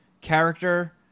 character